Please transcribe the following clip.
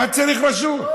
מה צריך רשות?